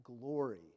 glory